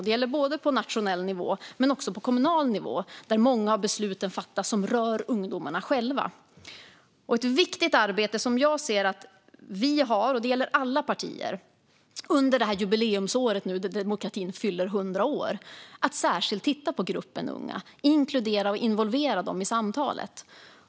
Det gäller både på nationell nivå och på kommunal nivå, där många av besluten fattas som rör ungdomarna själva. Ett viktigt arbete som jag ser att vi har nu - det gäller alla partier - under jubileumsåret då demokratin fyller 100 år är att särskilt titta på gruppen unga och inkludera och involvera dem i samtalet.